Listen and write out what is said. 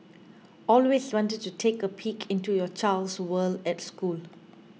always wanted to take a peek into your child's world at school